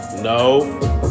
no